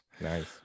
Nice